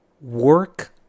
work